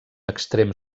extrem